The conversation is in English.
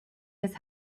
his